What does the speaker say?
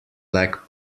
lack